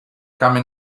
come